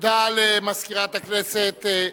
תודה למזכירת הכנסת.